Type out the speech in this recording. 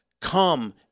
Come